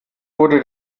wurde